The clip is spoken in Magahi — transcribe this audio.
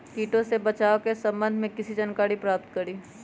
किटो से बचाव के सम्वन्ध में किसी जानकारी प्राप्त करें?